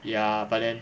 ya but then